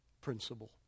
principle